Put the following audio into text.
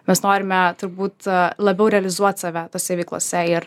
mes norime turbūt labiau realizuot save tose veiklose ir